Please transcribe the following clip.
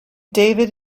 david